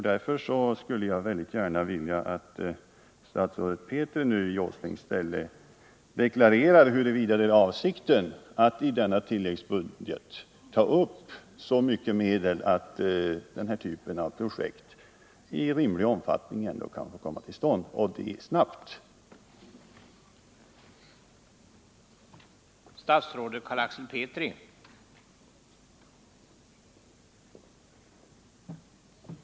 Därför skulle jag gärna vilja att statsrådet Petri i Nils Åslings ställe deklarerar huruvida det är avsikten att i tilläggsbudget III ta upp så mycket medel att den här typen av projekt kan komma till stånd i rimlig omfattning.